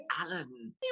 Alan